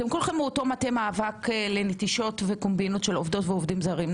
כולכם מאותו מטה מאבק לנטישות וקומבינות של עובדות ועובדים זרים.